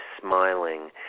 smiling